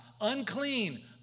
unclean